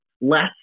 less